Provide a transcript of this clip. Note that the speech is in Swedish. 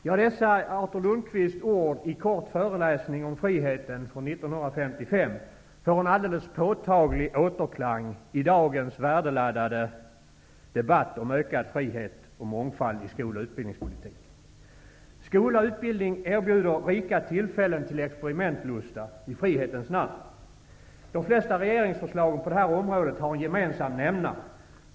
Ja, dessa Artur Lundkvists ord i ''Kort föreläsning om friheten'' från 1955 får en alldeles påtaglig återklang i dagens värdeladdade debatt om ökad frihet och mångfald i skol och utbildningspolitiken. Skola och utbildning erbjuder rika tillfällen till experimentlusta i frihetens namn. De flesta regeringsförslag på detta område har en gemensam nämnare.